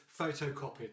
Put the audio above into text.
photocopied